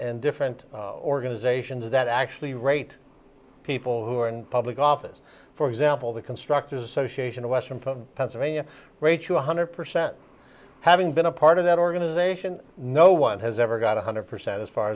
and different organizations that actually rate people who are in public office for example the constructor's association of western pennsylvania one hundred percent having been a part of that organization no one has ever got one hundred percent as far